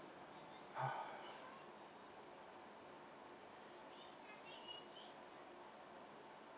ha